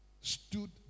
stood